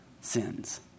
sins